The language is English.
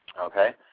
okay